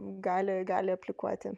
gali gali aplikuoti